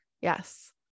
Yes